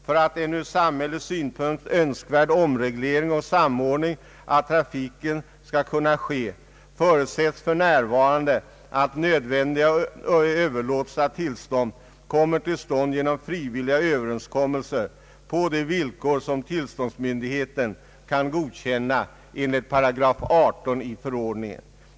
För att en från samhällets synpunkt önskvärd omreglering och samordning av trafiken skall bli möjlig förutsättes för närvarande att nödvändiga överlåtelser av tillstånd sker genom frivilliga överenskommelser på de villkor som tillståndsmyndigheten kan godkänna enligt 18 8 i nämnda förordning.